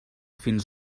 fins